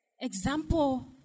Example